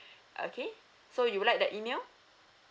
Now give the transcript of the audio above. okay so you would like the email